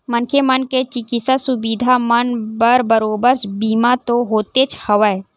मनखे मन के चिकित्सा सुबिधा मन बर बरोबर बीमा तो होतेच हवय